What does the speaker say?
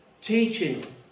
teaching